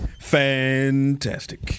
fantastic